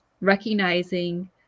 recognizing